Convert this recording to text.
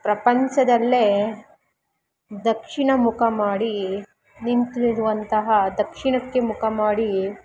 ಪ್ರಪಂಚದಲ್ಲೇ ದಕ್ಷಿಣ ಮುಖ ಮಾಡಿ ನಿಂತಿರುವಂತಹ ದಕ್ಷಿಣಕ್ಕೆ ಮುಖ ಮಾಡಿ